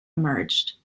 emerged